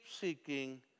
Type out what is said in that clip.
seeking